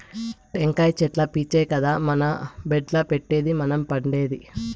టెంకాయ చెట్లు పీచే కదా మన బెడ్డుల్ల పెట్టేది మనం పండేది